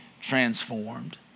transformed